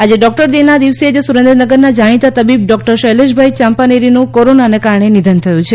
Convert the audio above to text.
આજે doctor day ના દિવસે જ સુરેન્દ્રનગરના જાણીતા તબીબ ડોક્ટર શૈલેષભાઈ યાપાનેરીનું કોરોનાને કારણે નિધન થયું છે